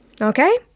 Okay